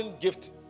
gift